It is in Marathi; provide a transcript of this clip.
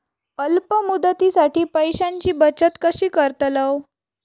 अल्प मुदतीसाठी पैशांची बचत कशी करतलव?